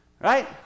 right